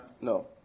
No